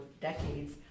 decades